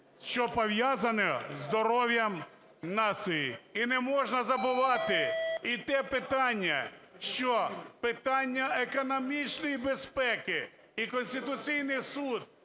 що пов'язане з здоров'ям нації. І не можна забувати і те питання, що економічної безпеки. І Конституційний Суд,